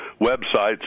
websites